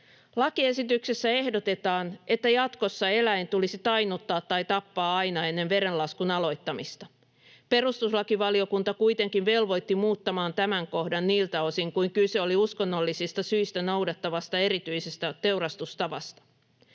Lakiesityksessä ehdotetaan, että jatkossa eläin tulisi tainnuttaa tai tappaa aina ennen verenlaskun aloittamista. Perustuslakivaliokunta kuitenkin velvoitti muuttamaan tämän kohdan niiltä osin kuin kyse oli uskonnollisista syistä noudatettavasta erityisestä teurastustavasta.